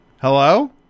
Hello